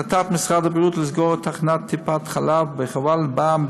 החלטת משרד הבריאות לסגור את תחנת טיפת חלב בח'וואלד באה